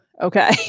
okay